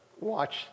watch